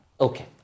Okay